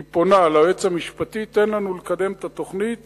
היא פונה אל היועץ המשפטי: תן לנו לקדם את התוכנית